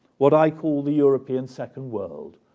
what i call the european second world,